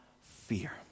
fear